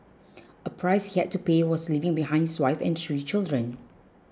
a price he had to pay was leaving behind his wife and three children